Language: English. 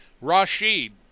Rashid